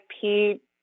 Pete